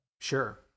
Sure